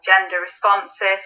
gender-responsive